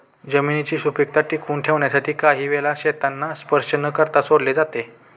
जमिनीची सुपीकता टिकवून ठेवण्यासाठी काही वेळा शेतांना स्पर्श न करता सोडले जाते